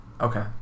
Okay